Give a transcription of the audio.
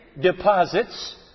deposits